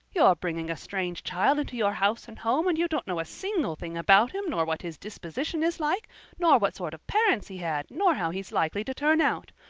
you're bringing a strange child into your house and home and you don't know a single thing about him nor what his disposition is like nor what sort of parents he had nor how he's likely to turn out.